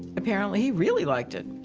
apparently he really liked it.